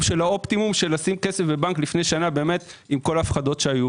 של האופטימום של לשים כסף בבנק לפני שנה עם כל ההפחדות שהיו,